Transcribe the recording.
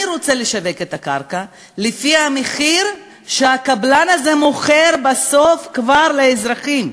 אני רוצה לשווק את הקרקע לפי המחיר שבו הקבלן הזה מוכר בסוף לאזרחים.